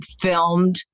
filmed